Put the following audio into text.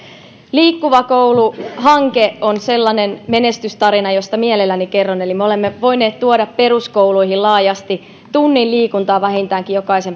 liikkuva koulu hanke on sellainen menestystarina josta mielelläni kerron eli me olemme voineet tuoda peruskouluihin laajasti vähintäänkin tunnin liikuntaa jokaiseen